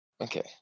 Okay